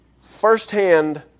firsthand